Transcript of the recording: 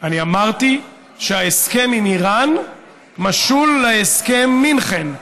אל תשווה את ההסכם עם איראן להסכם עם הנאצים.